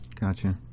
Gotcha